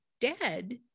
dead